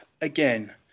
again